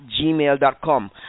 gmail.com